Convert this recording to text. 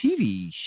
TV